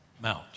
Mount